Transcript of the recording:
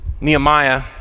Nehemiah